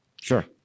Sure